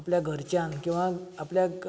आपल्यां घरच्यांक किंवा आपल्या